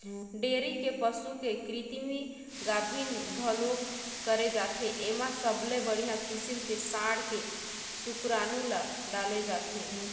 dairy के पसू के कृतिम गाभिन घलोक करे जाथे, एमा सबले बड़िहा किसम के सांड के सुकरानू ल डाले जाथे